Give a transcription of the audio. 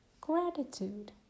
gratitude